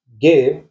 give